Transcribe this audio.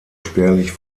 spärlich